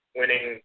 winning –